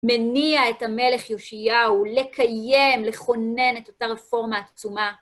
מניע את המלך יאשייהו לקיים, לכונן את אותה רפורמה עצומה.